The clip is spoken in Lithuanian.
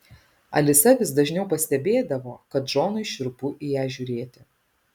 alisa vis dažniau pastebėdavo kad džonui šiurpu į ją žiūrėti